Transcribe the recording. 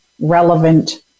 relevant